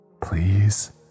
Please